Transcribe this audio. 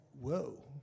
whoa